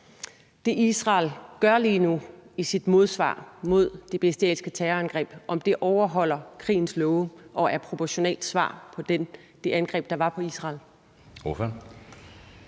det, Israel gør lige nu i sit modsvar mod det bestialske terrorangreb, overholder krigens love og er et proportionalt svar på det angreb, der var på Israel.